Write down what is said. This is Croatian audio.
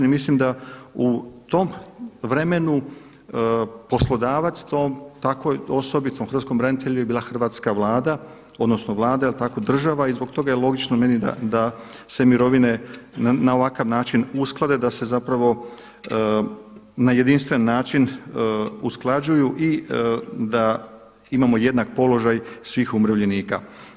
I mislim da u tom vremenu poslodavac to takvoj osobi, tom hrvatskom branitelju je bila hrvatska Vlada, odnosno Vlada, je li tako, država, i zbog toga je logično meni da se mirovine na ovakav način usklade da se zapravo na jedinstven način usklađuju i da imamo jednak položaj svih umirovljenika.